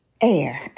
air